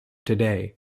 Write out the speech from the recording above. today